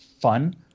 fun